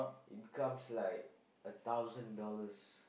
it becomes like a thousand dollars